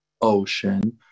ocean